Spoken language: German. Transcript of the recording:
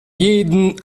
jeden